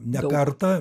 ne kartą